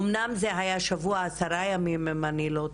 אמנם זה היה שבוע או עשרה ימים אם אני לא טועה.